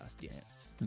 yes